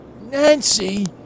Nancy